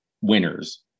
winners